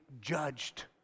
judged